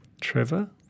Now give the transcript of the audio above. Trevor